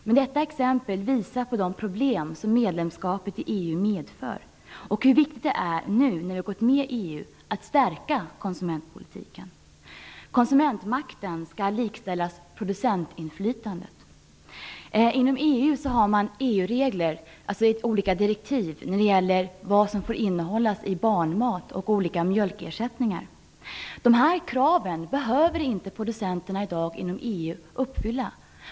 Men detta exempel visar på de problem som medlemskapet i EU medför och hur viktigt det är att stärka konsumentpolitiken nu när vi har gått med i Inom EU har man regler, dvs. direktiv, när det gäller vad som får ingå i barnmat och olika mjölkersättningar. Dessa krav behöver producenterna inom EU i dag inte uppfylla.